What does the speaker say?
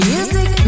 Music